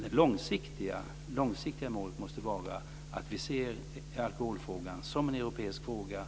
Det långsiktiga målet måste vara att vi ser alkoholfrågan som en europeisk fråga.